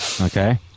okay